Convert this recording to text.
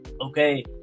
Okay